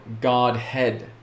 Godhead